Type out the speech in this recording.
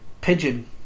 Pigeon